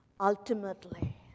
Ultimately